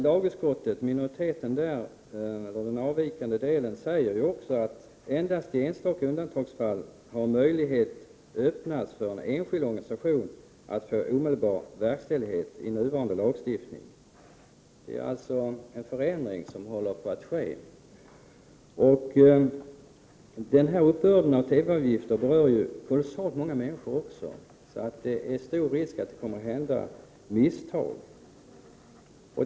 Lagutskottets minoritet säger också att ”Endast i enstaka undantagsfall har i nuvarande lagstiftning möjlighet öppnats för en enskild organisation att få omedelbar verkställighet”. Det är alltså fråga om en förändring som håller på att ske. Uppbörden av TV-avgifter berör också kolossalt många människor. Det är stor risk att det kommer att ske misstag.